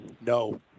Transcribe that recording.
no